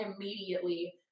immediately